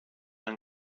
and